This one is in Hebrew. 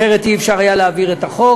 אחרת לא היה אפשר להעביר את החוק.